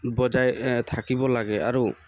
বজাই থাকিব লাগে আৰু